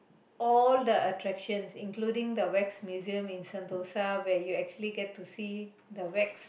all the attraction including the wax museum in Sentosa where you actually get to see the wax